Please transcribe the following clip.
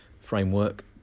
Framework